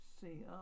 see